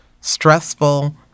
stressful